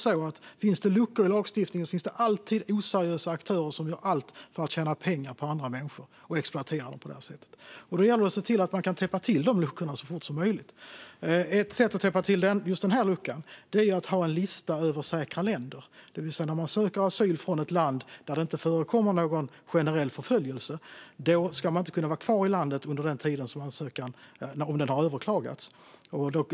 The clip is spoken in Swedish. Om det finns luckor i lagstiftningen finns det alltid oseriösa aktörer som gör allt för att tjäna pengar på andra människor och exploatera dem. Då gäller det att se till att luckorna kan täppas till så fort som möjligt. Ett sätt att täppa till just denna lucka är att ha en lista över säkra länder, det vill säga när man söker asyl från ett land där det inte förekommer någon generell förföljelse ska man inte kunna vara kvar i landet om ansökan har överklagats.